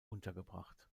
untergebracht